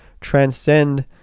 transcend